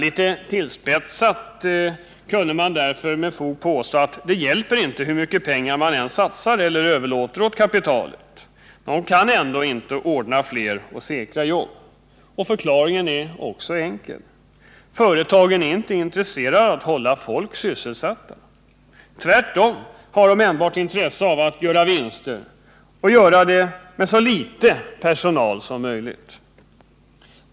Litet tillspetsat kunde man därför med fog påstå att det inte hjälper hur mycket pengar man än satsar eller överlåter till kapitalet. Företagen kan ändå inte ordna fler och säkra jobb. Förklaringen är också enkel: Företagen är inte intresserade av att hålla folk sysselsatta! Tvärtom har de enbart intresse av att göra vinster och göra det med så litet personal som möjligt.